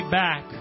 back